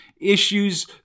issues